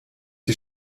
die